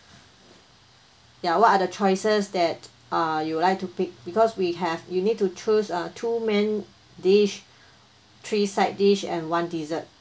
ya what are the choices that uh you would like to pick because we have you need to choose uh two main dish three side dish and one dessert